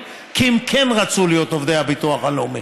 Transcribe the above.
כי הם כן רצו להיות עובדי הביטוח הלאומי.